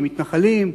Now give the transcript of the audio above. המתנחלים,